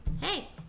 hey